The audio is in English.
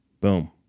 boom